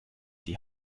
die